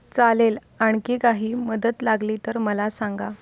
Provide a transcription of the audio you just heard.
चालेल आणखी काही मदत लागली तर मला सांगा